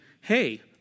hey